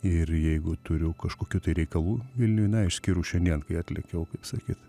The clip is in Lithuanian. ir jeigu turiu kažkokių tai reikalų vilniuj na išskyrus šiandien kai atlėkiau kaip sakyt